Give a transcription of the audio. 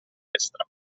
destra